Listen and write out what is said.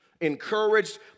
Encouraged